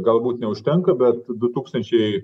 galbūt neužtenka bet du tūkstančiai